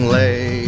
lay